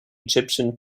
egyptian